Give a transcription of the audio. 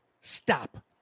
stop